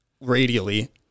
radially